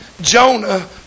Jonah